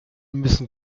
müssen